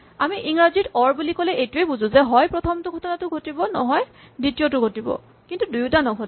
আমি ইংৰাজীত অৰ বুলি ক'লে এইটোৱেই বুজো যে হয় প্ৰথম কথাটো ঘটিব নহয় দ্বিতীয়টো ঘটিব কিন্তু দুয়োটা নঘটে